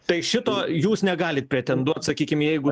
tai šito jūs negalit pretenduot sakykim jeigu